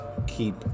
keep